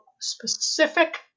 specific